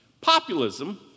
Populism